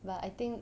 but I think